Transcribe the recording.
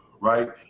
Right